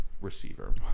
receiver